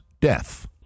death